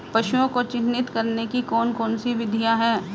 पशुओं को चिन्हित करने की कौन कौन सी विधियां हैं?